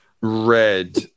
red